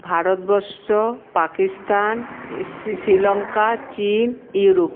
ভারতবর্ষ পাকিস্তান শ্রীলঙ্কা চীন ইউরোপ